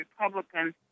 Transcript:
Republicans